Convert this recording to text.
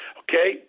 okay